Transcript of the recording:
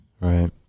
Right